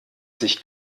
sich